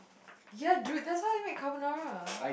ya dude that's how they make carbonara